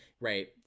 Right